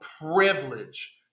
privilege